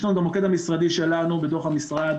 יש לנו את המוקד המשרדי שלנו בתוך המשרד